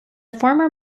former